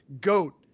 Goat